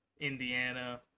Indiana